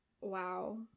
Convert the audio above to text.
wow